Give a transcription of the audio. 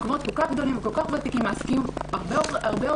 מקומות כל כך גדולים וכל כך ותיקים מעסיקים הרבה עובדים.